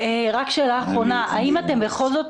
רק שאלה אחרונה: האם אתם בכל זאת